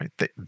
right